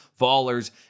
fallers